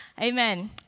Amen